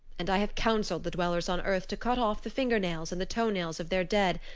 and i have counseled the dwellers on earth to cut off the fingernails and the toenails of their dead,